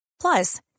Plus